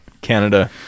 Canada